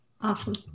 Awesome